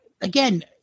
again